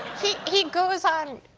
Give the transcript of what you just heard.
he he goes on